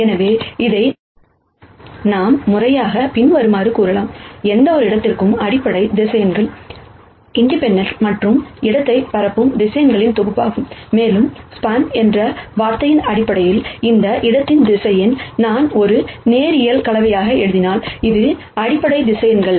எனவே இதை நாம் முறையாக பின்வருமாறு கூறலாம் எந்தவொரு இடத்திற்கும் அடிப்படை வெக்டர்ஸ் இண்டிபெண்டெண்ட் மற்றும் இடத்தை பரப்பும் வெக்டர்ஸ் தொகுப்பாகும் மேலும் ஸ்பான் என்ற வார்த்தையின் அடிப்படையில் அந்த இடத்தின் வெக்டர் நான் ஒரு லீனியர் காம்பினேஷன் எழுதினால் அது அடிப்படை வெக்டர்ஸ்